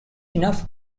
enough